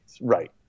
Right